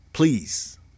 Please